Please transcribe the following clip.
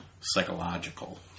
psychological